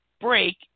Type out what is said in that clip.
break